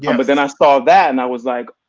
yeah but then i saw that and i was like